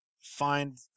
find